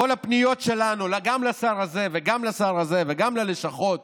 כל הפניות שלנו גם לשר הזה וגם לשר הזה וגם ללשכות